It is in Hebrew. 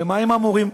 ומה עם המורים?